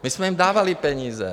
My jsme jim dávali peníze.